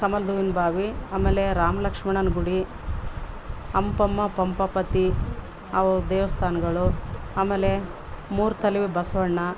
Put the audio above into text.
ಕಮಲ್ದುವಿನ ಬಾವಿ ಆಮೇಲೆ ರಾಮ್ಲಕ್ಷ್ಮಣನ ಗುಡಿ ಹಂಪಮ್ಮ ಪಂಪಾಪತಿ ಅವ್ರ ದೇವಸ್ಥಾನಗಳು ಆಮೇಲೆ ಮೂರ್ತಲವಿ ಬಸವಣ್ಣ